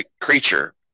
creature